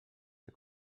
ser